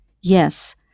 Yes